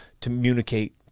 communicate